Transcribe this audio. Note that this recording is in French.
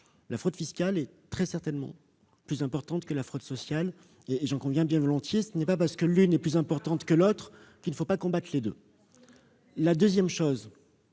la fraude fiscale est très certainement plus importante que la fraude sociale. Merci de le reconnaître ! Ce n'est pas parce que l'une est plus importante que l'autre qu'il ne faut pas combattre les deux. Je suis, en